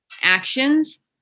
actions